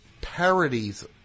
parodies